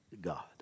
God